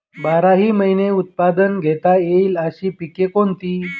बाराही महिने उत्पादन घेता येईल अशी पिके कोणती?